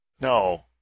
No